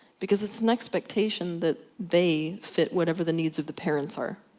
because it's an expectation that they fit whatever the needs of the parents are.